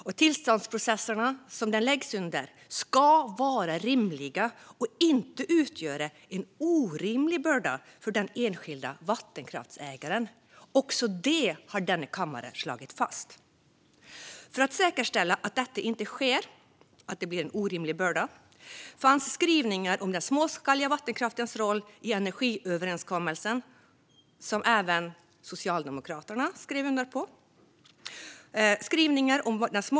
Och tillståndsprocesserna som den läggs under ska vara rimliga och inte utgöra en orimlig börda för den enskilda vattenkraftsägaren. Också det har denna kammare slagit fast. För att säkerställa att detta inte sker - att det blir en orimlig börda - finns skrivningar om den småskaliga vattenkraftens roll i energiöverenskommelsen, som även Socialdemokraterna skrev under.